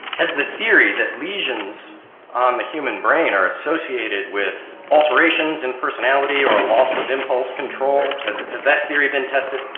has the theory that lesions on the human brain are associated with alterations in personality or a loss of impulse control has has that theory been tested?